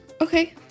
Okay